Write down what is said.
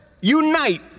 unite